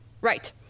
Right